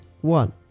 one